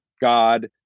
God